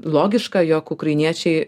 logiška jog ukrainiečiai